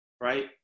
right